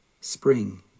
Spring